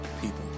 people